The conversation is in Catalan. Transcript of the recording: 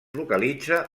localitza